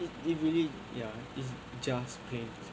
it it really ya is just plain